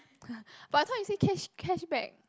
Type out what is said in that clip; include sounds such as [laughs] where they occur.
[laughs] but I thought you say cash cashback